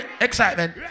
excitement